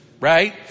right